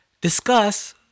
discuss